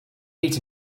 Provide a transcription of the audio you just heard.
eat